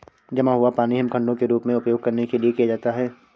जमा हुआ पानी हिमखंडों के रूप में उपयोग करने के लिए किया जाता है